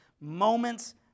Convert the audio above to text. Moments